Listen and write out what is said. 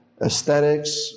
aesthetics